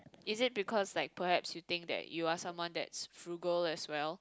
is it because like perhaps you think that you are someone that's frugal as well